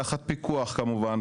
תחת פיקוח כמובן,